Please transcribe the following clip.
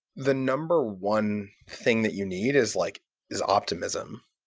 the number one thing that you need is like is optimism,